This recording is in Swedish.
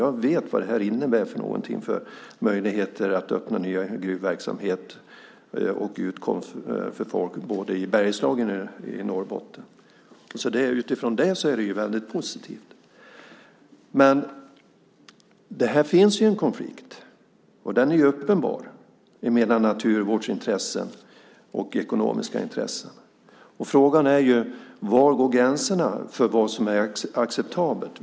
Jag vet vilka möjligheter det här innebär för att öppna ny gruvverksamhet och för utkomst för folk både i Bergslagen och i Norrbotten. Utifrån detta är det här positivt. Men här finns en konflikt som är uppenbar mellan naturvårdsintressen och ekonomiska intressen. Frågan är var gränserna går för vad som är acceptabelt.